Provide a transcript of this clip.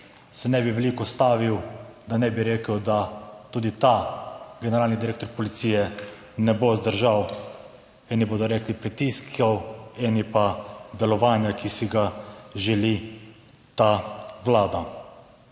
se ne bi veliko ustavil, da ne bi rekel, da tudi ta generalni direktor policije ne bo zdržal, eni bodo rekli pritiskov, eni pa delovanja, ki si ga želi ta vlada.